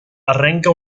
arrenca